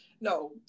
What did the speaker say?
No